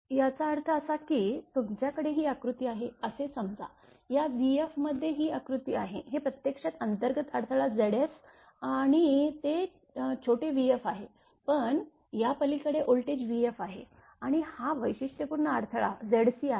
याचा अर्थ असा की तुमच्याकडे ही आकृती आहे असे समजा या vf मध्ये ही आकृती आहे हे प्रत्यक्षात अंतर्गत अडथळा Zs आहे आणि ते छोटेvf आहे पण या पलीकडे व्होल्टेज vf आहे आणि हा वैशिष्ट्यपूर्ण अडथळा Zc आहे